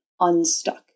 unstuck